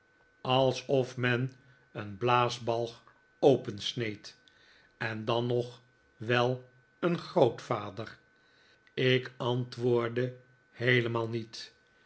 alsof men een blaasbalg opensneed en dan nog wel een grootvader ik antwoordde heelemaal niet